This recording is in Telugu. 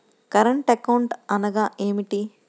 కరెంట్ అకౌంట్ అనగా ఏమిటి?